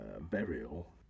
burial